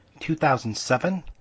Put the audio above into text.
2007